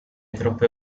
troppe